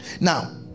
now